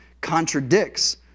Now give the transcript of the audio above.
contradicts